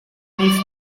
nic